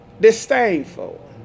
disdainful